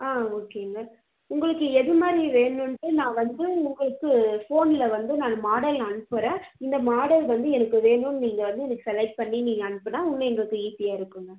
ஆ ஓகேங்க உங்களுக்கு எது மாதிரி வேணுன்ட்டு நான் வந்து உங்களுக்கு ஃபோனில் வந்து நான் மாடல் அனுப்புகிறேன் இந்த மாடல் வந்து எனக்கு வேணுன்னு நீங்கள் வந்து எனக்கு செலக்ட் பண்ணி நீங்கள் அனுப்புனா இன்னும் எங்களுக்கு ஈஸியாக இருக்குங்க